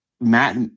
matt